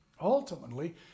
Ultimately